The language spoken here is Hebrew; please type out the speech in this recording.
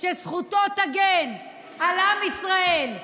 שזכותו תגן על עם ישראל,